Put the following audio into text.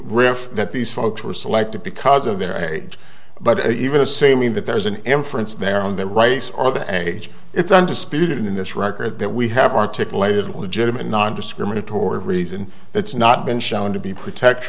riff that these folks were selected because of their age but even assuming that there's an inference there on the rice or the age it's undisputed in this record that we have articulated legitimate nondiscriminatory reason it's not been shown to be protect